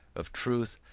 of truth,